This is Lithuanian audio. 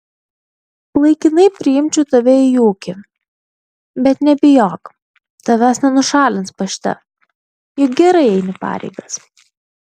laikinai priimčiau tave į ūkį bet nebijok tavęs nenušalins pašte juk gerai eini pareigas